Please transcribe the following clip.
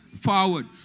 forward